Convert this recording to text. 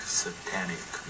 satanic